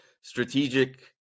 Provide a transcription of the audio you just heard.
strategic